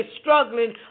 struggling